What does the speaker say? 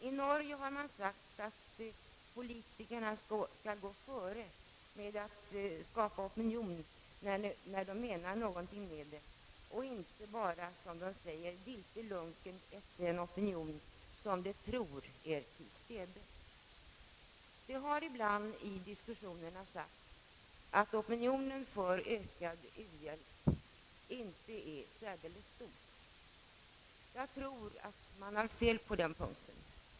I Norge har man sagt att politikerna skall gå före när det gäller att skapa en opinion när de menar någonting med det. Det är inte bara, som man där säger, att »lika lunken efter den opinion som de tror er tilstede». Det har ibland i diskussionen sagts, att opinionen för ökad u-landshjälp inte är särdeles stor. Jag tror att man har fel på den punkten.